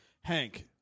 Hank